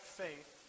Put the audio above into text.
faith